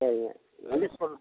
சரிங்க எந்த ஸ்கூல்